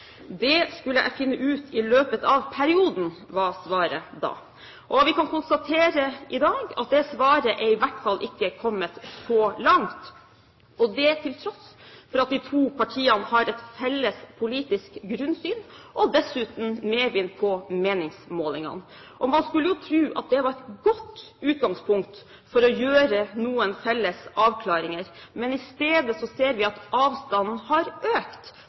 Det skulle jeg finne ut i løpet av perioden, var svaret da. Vi kan konstatere i dag at det svaret er i hvert fall ikke kommet så langt, og det til tross for at de to partiene har et felles politisk grunnsyn og dessuten medvind på meningsmålingene. Man skulle jo tro at det var et godt utgangspunkt for å gjøre noen felles avklaringer, men i stedet ser vi at avstanden har økt